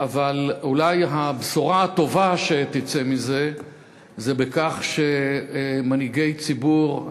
אבל אולי הבשורה הטובה שתצא מזה היא בכך שמנהיגי ציבור,